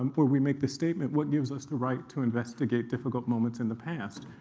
um or we make the statement, what gives us the right to investigate difficult moments in the past?